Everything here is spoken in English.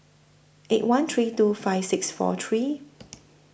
eight one three two five six four three